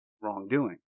wrongdoing